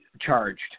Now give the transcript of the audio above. charged